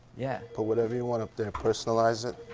yeah. put whatever you want up there. personalize it.